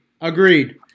Agreed